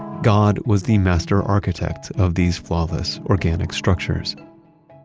god was the master architect of these flawless organic structures